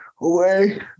away